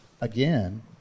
again